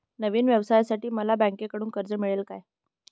नवीन व्यवसायासाठी मला बँकेकडून कर्ज मिळेल का?